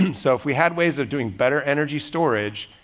and so if we had ways of doing better energy storage,